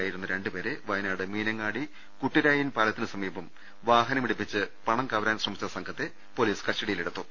യായിരുന്ന രണ്ടുപേരെ വയനാട് മീനങ്ങാടി കുട്ടിരായീൻ പാലത്തിന് സമീപം വാഹനമിടിപ്പിച്ച് പണം കവരാൻ ശ്രമിച്ച് സംഘത്തെ പൊലീസ് കസ്റ്റഡിയിലെടുത്തു